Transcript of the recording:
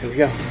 yeah